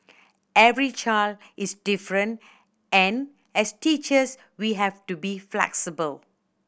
every child is different and as teachers we have to be flexible